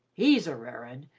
he's a rare un,